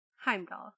Heimdall